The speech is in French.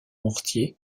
mortier